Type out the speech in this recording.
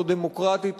לא דמוקרטית,